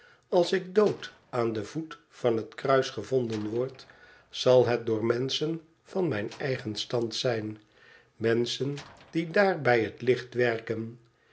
als ik dood aan den voet van het kruis gevonden word zal het door menschen van mijn eigen stand zijn menschen die daar bij het licht werken